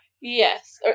Yes